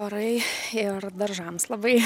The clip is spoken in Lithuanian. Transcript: orai ir daržams labai